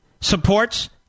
supports